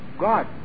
God